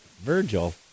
Virgil